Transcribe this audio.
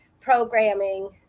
programming